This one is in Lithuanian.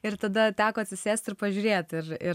ir tada teko atsisėsti ir pažiūrėti ir ir